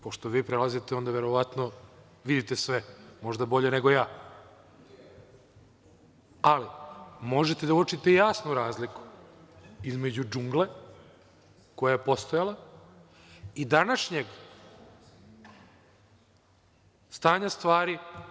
Pošto vi prelazite, verovatno vidite sve, možda bolje nego ja, ali možete da uočite jasnu razliku između džungle koja je postojala i današnjeg stanja stvari.